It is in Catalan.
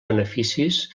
beneficis